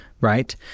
right